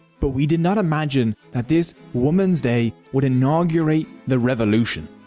but we did not imagine that this woman's day would inaugurate the revolution.